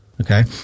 Okay